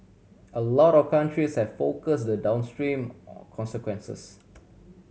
a lot of countries have focus the downstream consequences